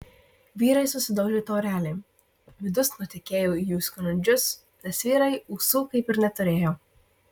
vyrai susidaužė taurelėm midus nutekėjo į jų skrandžius nes vyrai ūsų kaip ir neturėjo